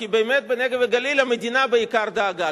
כי באמת בנגב ובגליל המדינה בעיקר דאגה.